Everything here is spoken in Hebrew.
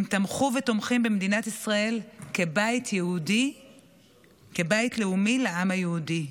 הם תמכו ותומכים במדינת ישראל כבית לאומי לעם היהודי,